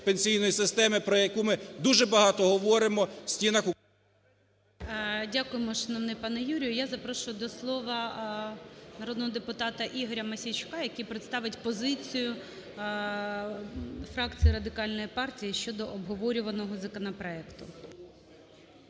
Дякуємо, шановний пане Юрію. Я запрошую до слова народного депутата Ігоря Мосійчука, який представить позицію фракції Радикальної партії щодо обговорюваного законопроекту.